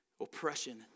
Oppression